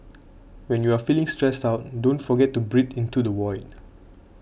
when you are feeling stressed out don't forget to breathe into the void